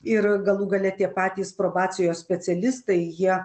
ir galų gale tie patys probacijos specialistai jie